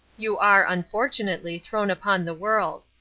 you are, unfortunately, thrown upon the world.